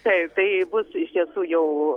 taip tai bus iš tiesų jau